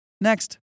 Next